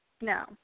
no